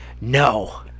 no